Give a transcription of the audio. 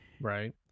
Right